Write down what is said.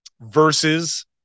versus